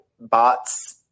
bots